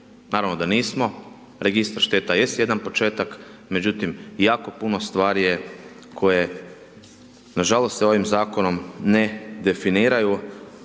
Naravno da nismo. Registar šteta jest jedan početak, međutim jako puno stvari je, koje nažalost se ovim zakonom ne definiraju,